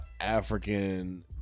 African